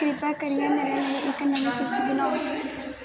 किरपा करियै मेरे लेई इक नमीं सूची बनाओ